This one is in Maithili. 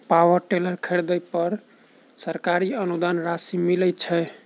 पावर टेलर खरीदे पर सरकारी अनुदान राशि मिलय छैय?